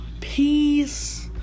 peace